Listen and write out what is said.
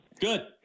Good